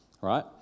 right